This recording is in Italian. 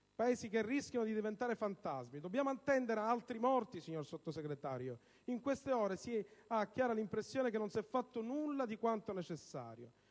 Paesi che rischiano di diventare fantasmi. Dobbiamo attendere altri morti? In queste ore si ha chiara l'impressione che non s'è fatto nulla di quanto necessario.